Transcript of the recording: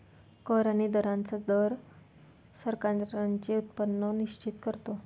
कर आणि दरांचा दर सरकारांचे उत्पन्न निश्चित करतो